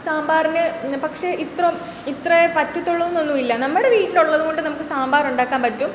സാമ്പാറിന് പക്ഷേ ഇത്രേ ഇത്രേം പറ്റത്തൊള്ളൂന്നൊന്നും ഇല്ല നമ്മുടെ വീട്ടിലുള്ളത് കൊണ്ട് നമുക്ക് സാമ്പാറുണ്ടാക്കാൻ പറ്റും